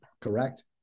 Correct